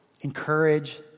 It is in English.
encourage